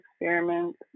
experiments